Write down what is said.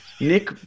Nick